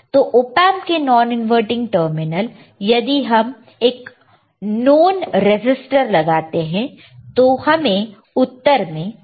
तो ऑएंप के non inverting terminal यदि हम एक नोन रजिस्टर लगाते हैं तो हमें उत्तर में क्या मिलेगा